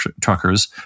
truckers